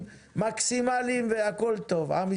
אומץ.